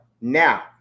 Now